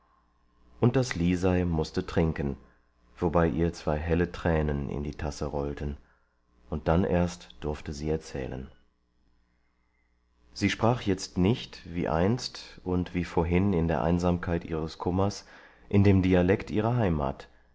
und das lisei mußte trinken wobei ihr zwei helle tränen in die tasse rollten und dann erst durfte sie erzählen sie sprach jetzt nicht wie einst und wie vorhin in der einsamkeit ihres kummers in dem dialekt ihrer heimat